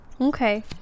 Okay